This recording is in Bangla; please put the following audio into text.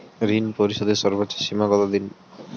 ঋণ পরিশোধের সর্বোচ্চ সময় সীমা কত দিন?